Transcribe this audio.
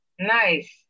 Nice